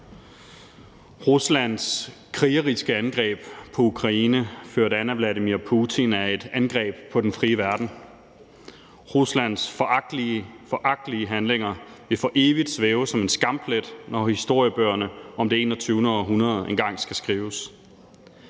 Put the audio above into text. Ruslands krigeriske angreb på Ukraine ført an af Vladimir Putin er et angreb på den frie verden. Ruslands foragtelige, foragtelige handlinger vil for evigt stå som en skamplet, når historiebøgerne om det 21. århundrede engang skal skrives.